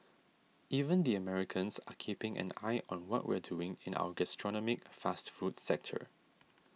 even the Americans are keeping an eye on what we're doing in our gastronomic fast food sector